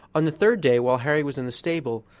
on the third day, while harry was in the stable,